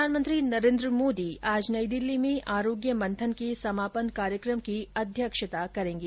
प्रधानमंत्री नरेन्द्र मोदी आज नई दिल्ली में आरोग्य मंथन के समापन कार्यक्रम की अध्यक्षता करेंगे